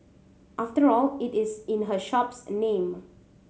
after all it is in her shop's name